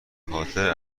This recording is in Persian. خاطر